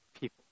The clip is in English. people